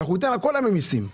ואתם תיקחו את זה ממיסים.